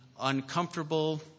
uncomfortable